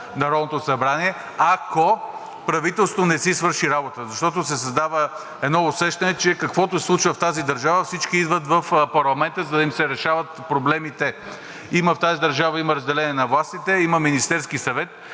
Народното събрание, ако правителството не си свърши работата, защото се създава усещане, че каквото се случва в тази държава, всички идват в парламента, за да им се решават проблемите. В тази държава има разделение на властите. Има Министерски съвет.